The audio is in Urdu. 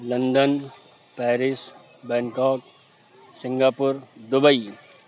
London Paris Bangkok Singapore Dubai